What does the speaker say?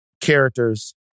characters